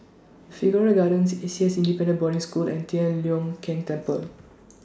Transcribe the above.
Figaro Gardens A C S Independent Boarding School and Tian Leong Keng Temple